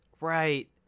Right